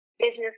business